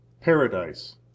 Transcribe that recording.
paradise